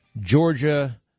Georgia